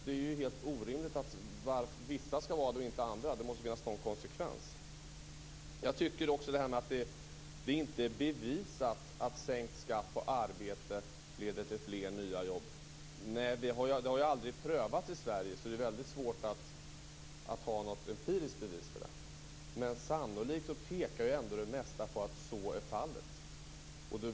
Det är ju helt orimligt att vissa skall ha detta och inte andra. Det måste finnas någon konsekvens. Sedan till det här med att det inte är bevisat att sänkt skatt på arbete leder till fler nya jobb. Nej, det har ju aldrig prövats i Sverige så det är väldigt svårt att ha något empiriskt bevis för det. Men det mesta pekar ändå sannolikt på att så är fallet.